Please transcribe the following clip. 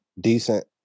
decent